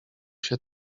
się